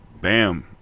Bam